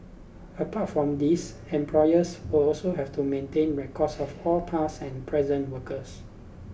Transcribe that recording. apart from these employers will also have to maintain records of all past and present workers